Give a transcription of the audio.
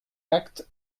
actes